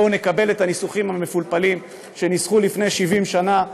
בואו נקבל את הניסוחים המפולפלים שניסחו לפני 70 שנה.